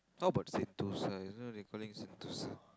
how about Sentosa you know they calling Sentosa